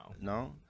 No